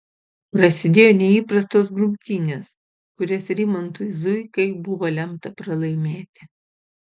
prasidėjo neįprastos grumtynės kurias rimantui zuikai buvo lemta pralaimėti